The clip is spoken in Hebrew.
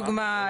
לדוגמה,